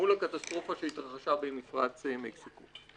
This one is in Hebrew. מול הקטסטרופה שהתרחשה במפרץ מקסיקו.